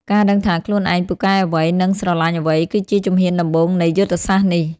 ការដឹងថាខ្លួនឯងពូកែអ្វី និងស្រលាញ់អ្វី គឺជាជំហានដំបូងនៃយុទ្ធសាស្ត្រនេះ។